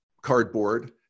Cardboard